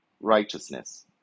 righteousness